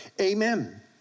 amen